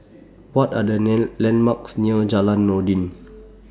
What Are The Land landmarks near Jalan Noordin